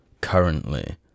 currently